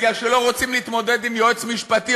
כי לא רוצים להתמודד עם יועץ משפטי,